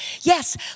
yes